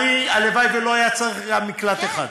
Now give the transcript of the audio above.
הלוואי שלא היה צריך גם מקלט אחד.